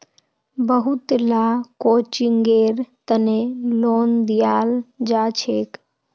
बहुत ला कोचिंगेर तने लोन दियाल जाछेक